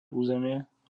územie